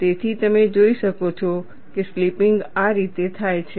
તેથી તમે જોઈ શકો છો કે સ્લિપિંગ આ રીતે થાય છે